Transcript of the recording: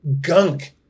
gunk